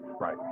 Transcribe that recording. right